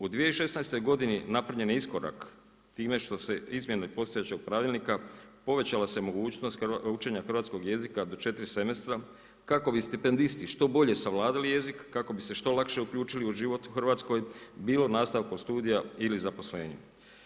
U 2016. godini napravljen je iskorak time što se izmjenama postojećeg pravilnika povećala se mogućnost učenja hrvatskog jezika do 4 semestra kako bi stipendisti što bolje savladali jezik, kako bi se što lakše uključili u život u Hrvatskoj bilo nastavkom studija ili zaposlenjem.